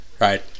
right